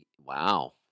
Wow